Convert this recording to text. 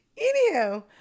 Anyhow